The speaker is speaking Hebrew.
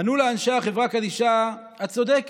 ענו לה אנשי החברה קדישא: את צודקת,